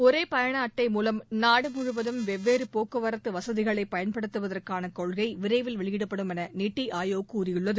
ஒரேபயணஅட்டை நாடுமுவதும் மூலம் வெவ்வேறுபோக்குவரத்துவசதிகளைபயன்படுத்துவதற்கானகொள்கைவிரைவில் வெளியிடப்படும் எனநித்திஆயோக் கூறியுள்ளது